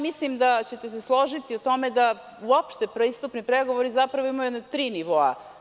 Mislim da ćete se složiti u tome da uopšte pristupni pregovori zapravo imaju tri nivoa.